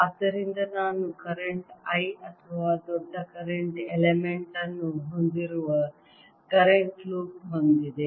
ಆದ್ದರಿಂದ ನಾನು current I ಅಥವಾ ದೊಡ್ಡ ಕರೆಂಟ್ ಎಲಿಮೆಂಟ್ ಅನ್ನು ಹೊಂದಿರುವ ಕರೆಂಟ್ ಲೂಪ್ ಹೊಂದಿದೆ